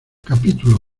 capítulo